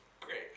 great